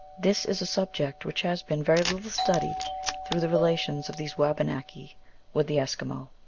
this is a subject which has been very little studied through the rela tions of these wabanaki with the eskimo.